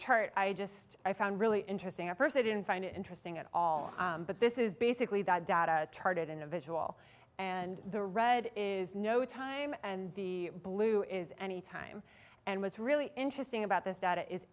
chart i just i found really interesting at first i didn't find it interesting at all but this is basically the data charted individual and the red is no time and the blue is anytime and was really interesting about this data is